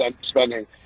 spending